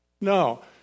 No